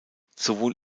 sowohl